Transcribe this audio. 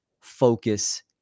focus